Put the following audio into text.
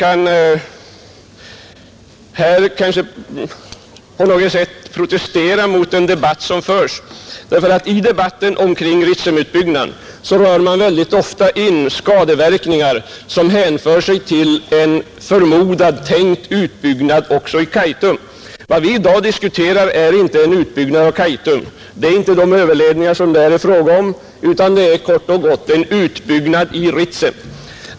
Man bör kanske här på något sätt protestera mot den debatt som förs, eftersom det i diskussionen om Ritsemutbyggnaden mycket ofta blandas in skadeverkningar som hänför sig till en förmodad utbyggnad också i Kaitum. Vad vi i dag diskuterar är inte en utbyggnad i Kaitum och de överledningar som därvid kommer i fråga utan det är kort och gott en utbyggnad i Ritsem.